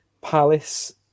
Palace